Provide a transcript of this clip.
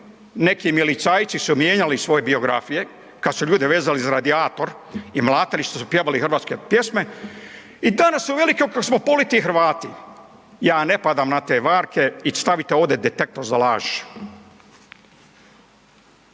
neki milicajci su mijenjali svoje biografije kad su ljude vezali za radijator i mlatili što su pjevali hrvatske pjesme i danas su veliki kozmopoliti i Hrvati. Ja ne padam na te varke i stavite ovdje detektor za laž.